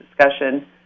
discussion